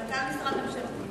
מנכ"ל משרד ממשלתי.